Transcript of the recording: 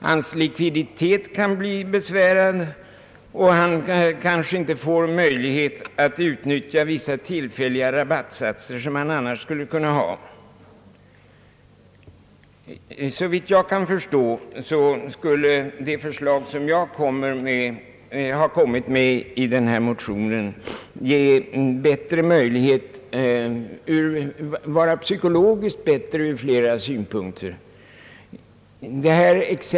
Hans likviditet kan bli besvärad och han kanske inte får möjlighet att vid inköp utnyttja vissa tillfälliga rabattsatser, som han annars skulle ha. Såvitt jag förstår skulle mitt förslag i denna motion vara psykologiskt sett bättre ur flera synpunkter.